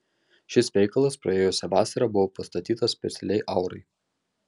šis veikalas praėjusią vasarą buvo pastatytas specialiai aurai